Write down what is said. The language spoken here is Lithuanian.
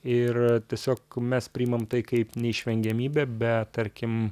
ir tiesiog mes priimam tai kaip neišvengiamybę be tarkim